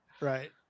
Right